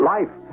Life